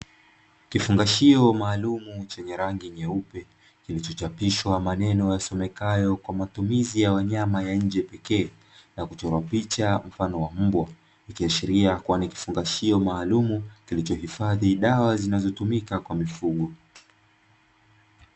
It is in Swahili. Kifungashio maalumu chenye rangi nyeupe, kilichochapishwa maneno yasomekayo kwa matumizi ya wanyama ya nje pekee, na kuchorwa picha mfano wa mbwa, ikiashiria kuwa ni kifungashio maalumu kilichohifadhi dawa zinazotumika kwa mifugo.